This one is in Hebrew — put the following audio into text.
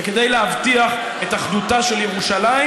וכדי להבטיח את אחדותה של ירושלים,